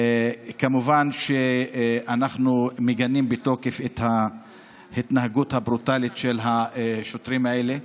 כמובן שאנחנו מגנים בתוקף את ההתנהגות הברוטלית של השוטרים האלה.